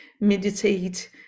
meditate